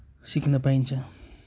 सिक्न पाइन्छ